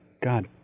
God